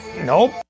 Nope